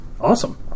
Awesome